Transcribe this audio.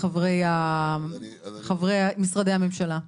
ממשרדי הממשלה.